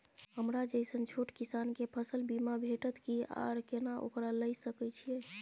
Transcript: हमरा जैसन छोट किसान के फसल बीमा भेटत कि आर केना ओकरा लैय सकैय छि?